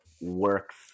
works